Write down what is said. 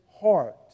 heart